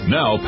Now